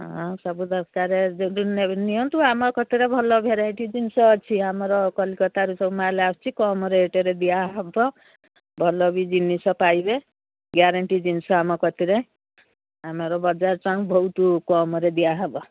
ହଁ ସବୁ ଦରକାର ନିଅନ୍ତୁ ଆମ କତିରେ ଭଲ ଭେରାଇଟି ଜିନିଷ ଅଛି ଆମର କଲିକତାରୁ ସବୁ ମାଲ ଆସୁଛି କମ୍ ରେଟ୍ରେ ଦିଆହବ ଭଲ ବି ଜିନିଷ ପାଇବେ ଗ୍ୟାରେଣ୍ଟି ଜିନିଷ ଆମ କତିରେ ଆମର ବଜାର ବହୁତ କମ୍ରେ ଦିଆହବ